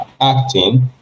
acting